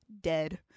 dead